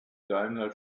daimler